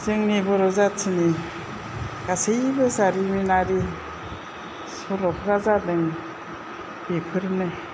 जोंनि बर' जाथिनि गासैबो जारिमिनारि सल'फ्रा जादों बेफोरनो